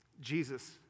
Jesus